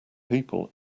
people